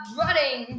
running